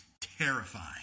terrifying